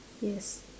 yes